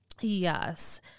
Yes